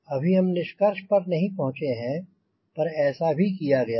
अभी हम निष्कर्ष पर नहीं पहुंँचे हैं पर ऐसा भी किया गया था